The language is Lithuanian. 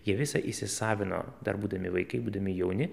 jie visa įsisavino dar būdami vaikai būdami jauni